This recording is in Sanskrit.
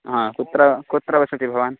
हा कुत्र कुत्र वसति भवान्